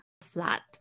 flat